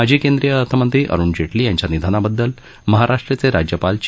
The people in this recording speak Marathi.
माजी केंद्रीय अर्थमंत्री अरुण जेटली यांच्या निधनाबद्दल महाराष्ट्राचे राज्यपाल चे